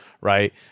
right